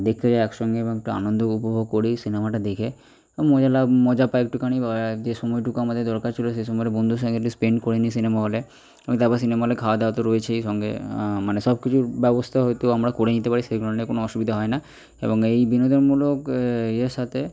দেখতে একসঙ্গে এবং একটু আনন্দ উপভোগ করি সিনেমাটা দেখে এবং মজা লা মজা পাই একটুখানি যে সময়টুকু আমাদের দরকার ছিল সেই সময়টুকু বন্ধুদের সঙ্গে একটু স্পেন্ড করে নিই সিনেমা হলে তারপরে সিনেমা হলে খাওয়া দাওয়া তো রয়েছেই সঙ্গে মানে সব কিছুর ব্যবস্থা হয়তো আমরা করে নিতে পারি সেই কারণে কোনো অসুবিধা হয় না এবং এই বিনোদনমূলক ইয়ের সাথে